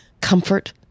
comfort